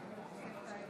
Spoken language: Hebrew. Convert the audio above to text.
כסיף,